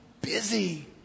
busy